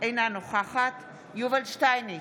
אינה נוכחת יובל שטייניץ,